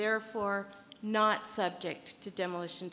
therefore not subject to demolition